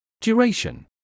Duration